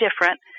different